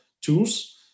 tools